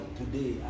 today